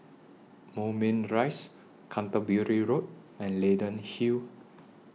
Moulmein Rise Canterbury Road and Leyden Hill